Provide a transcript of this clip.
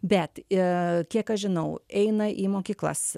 bet e kiek aš žinau eina į mokyklas